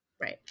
Right